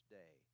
day